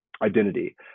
identity